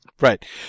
Right